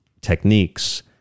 techniques